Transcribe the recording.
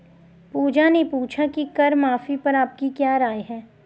पूजा ने पूछा कि कर माफी पर आपकी क्या राय है?